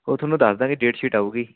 ਉਹ ਤੁਹਾਨੂੰ ਦੱਸ ਦਾਂਗੇ ਡੇਟਸ਼ੀਟ ਆਵੇਗੀ